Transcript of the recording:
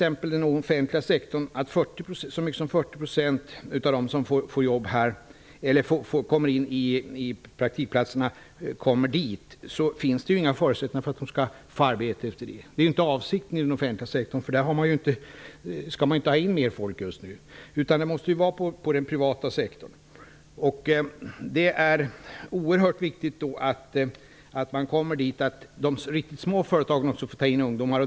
En så stor del som 40 % kommer in i praktikplatser på den offentliga sektorn. Det finns inga förutsättningar för dem att få arbete. Det är inte avsikten inom den offentliga sektorn att ta in mer folk just nu. Jobben måste skapas på den privata sektorn. Det är erhört viktigt att de riktigt små företagen också tar in ungdomar.